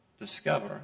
discover